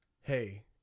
Hey